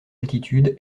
altitude